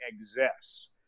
exists